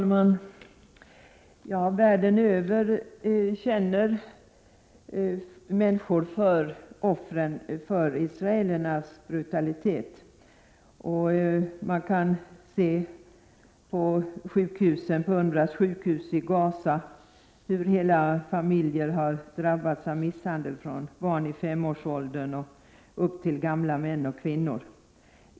Herr talman! Världen över känner människor för offren för israelernas brutalitet. Man kan på UNRWA:s sjukhus i Gaza se hela familjer som har drabbats av misshandel — allt från barn i femårsåldern till gamla män och kvinnor.